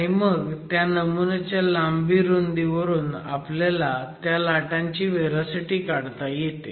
आणि त्या नमुन्याच्या लांबी रुंदी वरून आपल्याला त्या लाटांची व्हेलॉसिटी काढता येते